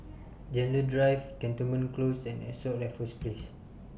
Gentle Drive Cantonment Close and Ascott Raffles Place